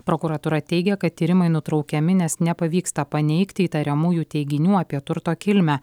prokuratūra teigia kad tyrimai nutraukiami nes nepavyksta paneigti įtariamųjų teiginių apie turto kilmę